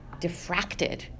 diffracted